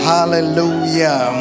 Hallelujah